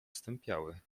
stępiały